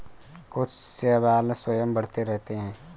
कुछ शैवाल स्वयं बढ़ते रहते हैं